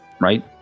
right